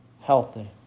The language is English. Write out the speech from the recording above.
healthy